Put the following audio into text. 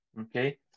okay